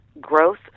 Growth